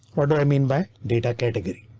what do i mean by data category?